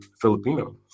Filipino